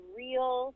real